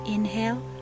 Inhale